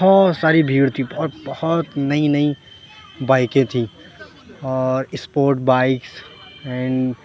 بہت ساری بھیڑ تھی بہت بہت نئی نئی بائکیں تھیں اور اسپورٹ بائکس اینڈ